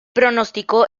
pronóstico